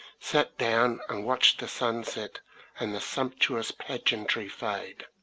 sat down and watched the sun set and the sumptuous pageantry fade,